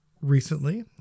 recently